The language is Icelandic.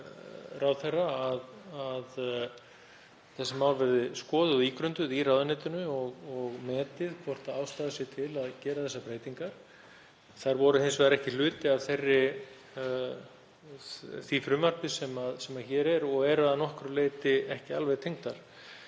ráðherra að þessi mál verði skoðuð og ígrunduð í ráðuneytinu og metið hvort ástæða sé til að gera þessar breytingar. Þær voru hins vegar ekki hluti af því frumvarpi sem hér er og eru að nokkru leyti ekki alveg tengdar.